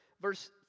verse